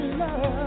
love